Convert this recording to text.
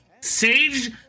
Sage